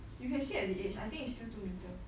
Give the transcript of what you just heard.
you can sit at the edge I think it's still two metre